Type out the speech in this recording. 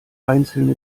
einzelne